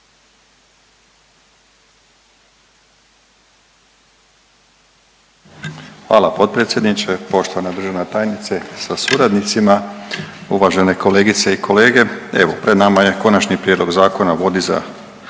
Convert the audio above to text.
Hvala potpredsjedniče. Poštovana državna tajnice sa suradnicima, uvažene kolegice i kolege, evo pred nama je Konačni prijedlog Zakona o vodi za